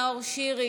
חבר הכנסת נאור שירי,